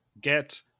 get